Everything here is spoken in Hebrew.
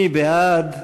מי בעד?